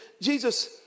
Jesus